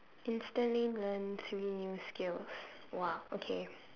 instantly learn three new skills !wah! okay